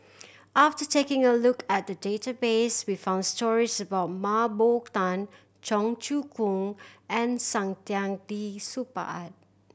after taking a look at the database we found stories about Mah Bow Tan Cheong Choong Kong and Saktiandi Supaat